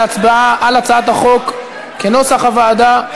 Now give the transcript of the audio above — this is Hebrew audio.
להצבעה על הצעת החוק כנוסח הוועדה,